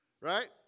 Right